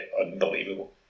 unbelievable